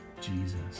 Jesus